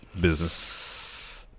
business